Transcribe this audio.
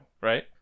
right